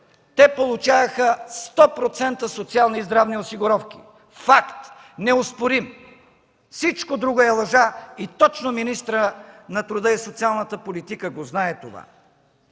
те получаваха 100% социални и здравни осигуровки! Факт неоспорим! Всичко друго е лъжа и точно министърът на труда и социалната политика го знае това!